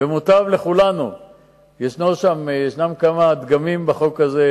יש כמה דגמים בחוק הזה,